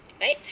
right